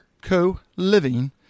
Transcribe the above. co-living